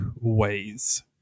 ways